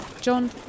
John